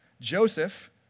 Joseph